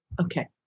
okay